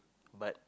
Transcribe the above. but